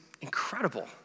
incredible